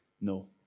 no